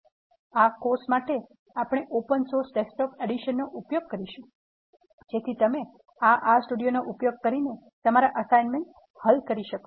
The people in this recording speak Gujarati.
આ કોર્સ માટે આપણે ઓપન સોર્સ ડેસ્ક્ટોપ એડિશન નો ઉપયોગ કરીશું જેથી તમે આ R સ્ટુડિયોનો ઉપયોગ કરીને તમારા assignments હલ કરી શકો